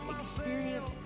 experience